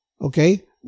okay